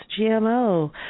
GMO